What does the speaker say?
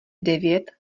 devět